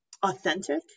authentic